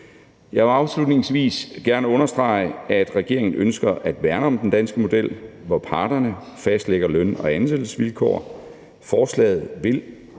Jeg vil afslutningsvis gerne understrege, at regeringen ønsker at værne om den danske model, hvor parterne fastlægger løn- og ansættelsesvilkår. Forslaget vil